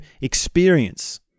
experience